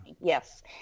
Yes